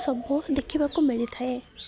ସବୁ ଦେଖିବାକୁ ମିଳିଥାଏ